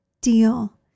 deal